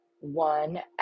one